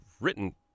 written